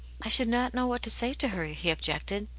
i should not know what to say to her he ob jected.